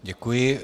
Děkuji.